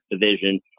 division